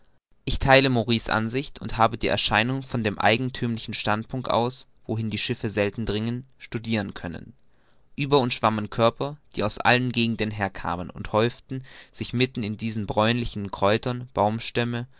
ich theile maury's ansicht und habe die erscheinung von dem eigenthümlichen standpunkt aus wohin die schiffe selten dringen studiren können ueber uns schwammen körper die aus allen gegenden her kamen und häuften sich mitten in diesen bräunlichen kräutern baumstämme